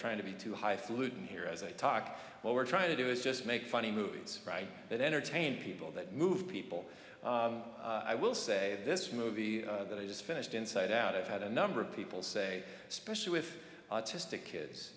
trying to be too high falutin here as i talk what we're trying to do is just make funny movies that entertain people that move people i will say this movie that i just finished inside out it had a number of people say especially with autistic kids